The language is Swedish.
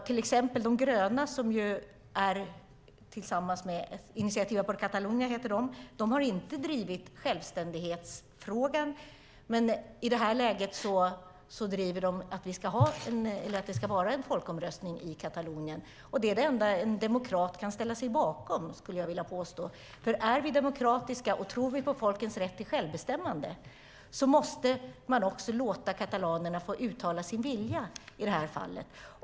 Till exempel de gröna, Iniciativa per Catalunya, har inte drivit självständighetsfrågan, men i det här läget driver de att det ska vara en folkomröstning i Katalonien. Och det är det enda som en demokrat kan ställa sig bakom, skulle jag vilja påstå, för är man demokratisk och tror på folkens rätt till självbestämmande måste man också låta katalanerna få uttala sin vilja i det här fallet.